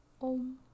om